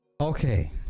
Okay